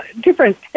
different